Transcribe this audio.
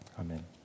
amen